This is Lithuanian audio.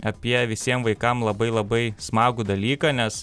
apie visiem vaikam labai labai smagų dalyką nes